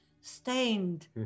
stained